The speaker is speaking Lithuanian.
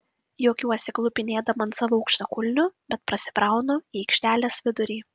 juokiuosi klupinėdama ant savo aukštakulnių bet prasibraunu į aikštelės vidurį